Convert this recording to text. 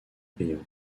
payant